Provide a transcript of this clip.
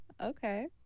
Okay